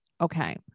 Okay